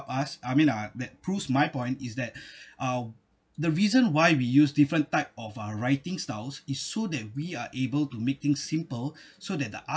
us I mean uh that proves my point is that uh the reason why we use different type of uh writing styles is so that we are able to make thing simple so that the other